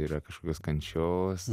yra kažkokios kančios